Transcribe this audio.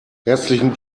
herzlichen